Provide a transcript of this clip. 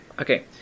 Okay